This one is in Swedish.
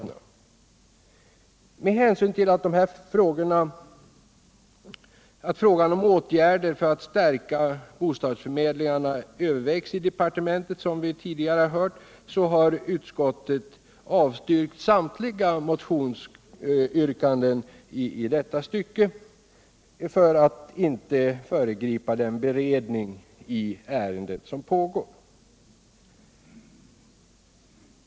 Med hänsyn till att frågan om åtgärder för att stärka bostadsförmedlingarna övervägs i departementet, såsom vi tidigare hörde, har utskottet avstyrkt samtliga här nämnda motionsyrkanden i detta stycke för att inte föregripa den beredning i ärendet som pågår.